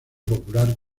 popular